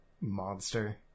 Monster